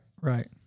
Right